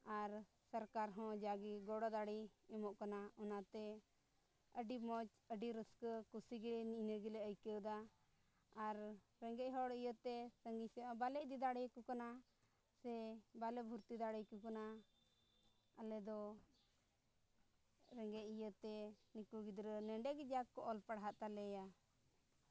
ᱟᱨ ᱥᱚᱨᱠᱟᱨ ᱦᱚᱸ ᱡᱟᱜᱮ ᱜᱚᱲᱚ ᱫᱟᱲᱮᱭ ᱮᱢᱚᱜ ᱠᱟᱱᱟ ᱚᱱᱟᱛᱮ ᱟᱹᱰᱤ ᱢᱚᱡᱽ ᱟᱹᱰᱤ ᱨᱟᱹᱥᱠᱟᱹ ᱠᱩᱥᱤ ᱜᱮ ᱱᱤᱭᱟᱹ ᱜᱮᱞᱮ ᱟᱹᱭᱠᱟᱹᱣᱫᱟ ᱟᱨ ᱨᱮᱸᱜᱮᱡ ᱦᱚᱲ ᱤᱭᱟᱹᱛᱮ ᱥᱟᱺᱜᱤᱧ ᱥᱮᱫ ᱦᱚᱸ ᱵᱟᱞᱮ ᱤᱫᱤ ᱫᱟᱲᱮᱭᱟᱠᱚ ᱠᱟᱱᱟ ᱥᱮ ᱵᱟᱞᱮ ᱵᱷᱚᱨᱛᱤ ᱫᱟᱲᱮᱭᱟᱠᱚ ᱠᱟᱱᱟ ᱟᱞᱮ ᱫᱚ ᱨᱮᱸᱜᱮᱡ ᱤᱭᱟᱹᱛᱮ ᱱᱩᱠᱩ ᱜᱤᱫᱽᱨᱟᱹ ᱱᱚᱰᱮ ᱜᱮ ᱡᱟ ᱠᱚ ᱚᱞ ᱯᱟᱲᱦᱟᱜ ᱛᱟᱞᱮᱭᱟ